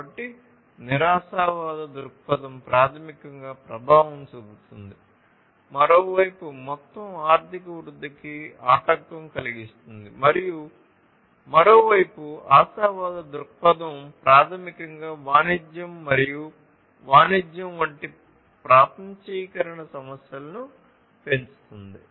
కాబట్టి నిరాశావాద దృక్పథం ప్రాథమికంగా ప్రభావం చూపుతుంది మరోవైపు మొత్తం ఆర్థిక వృద్ధికి ఆటంకం కలిగిస్తుంది మరియు మరోవైపు ఆశావాద దృక్పథం ప్రాథమికంగా వాణిజ్యం మరియు వాణిజ్యం వంటి ప్రపంచీకరణ సమస్యలను పెంచుతుంది